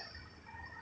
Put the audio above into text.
很容易 bro